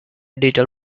digital